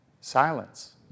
silence